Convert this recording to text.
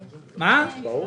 נבדוק.